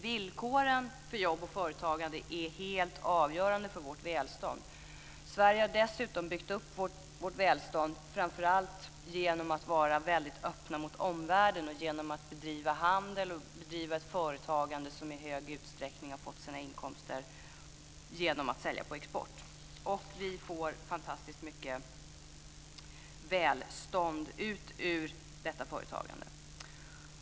Villkoren för jobb och företagande är helt avgörande för vårt välstånd. Vi i Sverige har dessutom byggt upp vårt välstånd framför allt genom att vara väldigt öppna mot omvärlden och genom att bedriva handel och företagande som i stor utsträckning har fått sina inkomster genom att sälja på export. Och vi får fantastiskt mycket välstånd ut ur detta företagande.